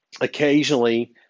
Occasionally